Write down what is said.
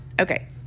Okay